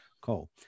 coal